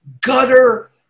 gutter